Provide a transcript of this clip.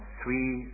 three